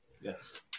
Yes